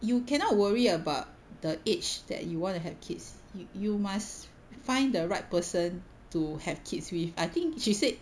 you cannot worry about the age that you wanna have kids you you must find the right person to have kids with I think she said